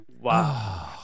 wow